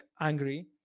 angry